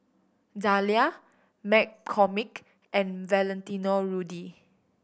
Zalia McCormick and Valentino Rudy